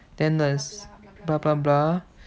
then the blah blah blah